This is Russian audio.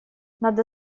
надо